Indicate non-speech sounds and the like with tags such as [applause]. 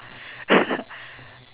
[laughs]